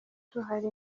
duhari